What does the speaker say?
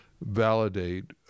validate